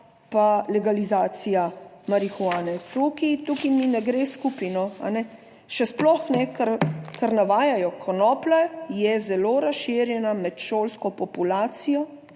legalizacija marihuane. Tukaj mi ne gre skupaj, no, a ne, še sploh ne, ker, kar navajajo konoplja je zelo razširjena med šolsko populacijo,